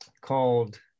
called